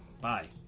bye